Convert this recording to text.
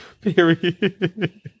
Period